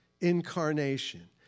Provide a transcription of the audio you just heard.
incarnation